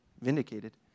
vindicated